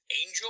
Angel